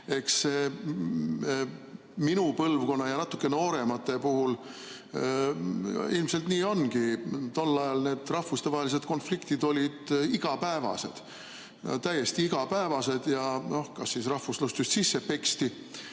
minu põlvkonna ja natuke nooremate puhul ilmselt nii ongi. Tol ajal need rahvustevahelised konfliktid olid igapäevased, täiesti igapäevased. Kas rahvuslust just sisse peksti?